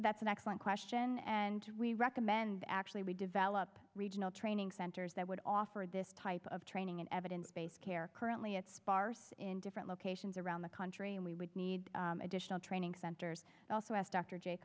that's an excellent question and we recommend actually we develop regional training centers that would offer this type of training and evidence based care currently at sparse in different locations around the country and we would need additional training centers also asked d